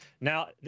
Now